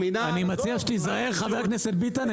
אני מציע שתיזהר חבר הכנסת ביטן,